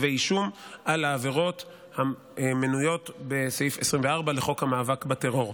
כתבי אישום על העבירות המנויות בסעיף 24 לחוק המאבק בטרור.